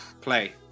Play